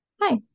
Hi